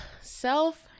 self